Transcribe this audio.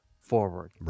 forward